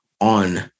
on